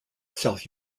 south